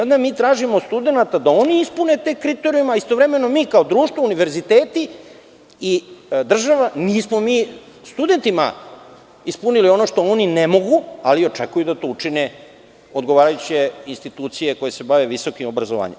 Onda mi tražimo od studenata da oni ispune te kriterijume, a istovremeno mi kao društvo, univerziteti i država nismo studentima ispunili ono što oni ne mogu, ali očekuju da to učine odgovarajuće institucije koje se bave visokim obrazovanjem.